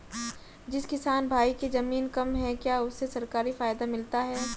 जिस किसान भाई के ज़मीन कम है क्या उसे सरकारी फायदा मिलता है?